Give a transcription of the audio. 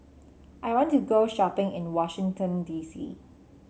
I want to go shopping in Washington D C